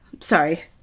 sorry